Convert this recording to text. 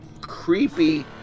creepy